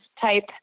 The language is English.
type